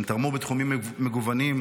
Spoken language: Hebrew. הם תרמו בתחומים מגוונים,